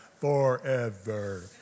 forever